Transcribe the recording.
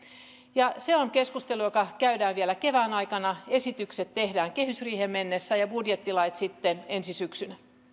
se on keskustelu joka käydään vielä kevään aikana esitykset tehdään kehysriiheen mennessä ja budjettilait sitten ensi syksynä